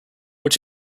what